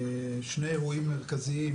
שני אירועים מרכזיים,